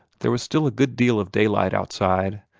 there was still a good deal of daylight outside,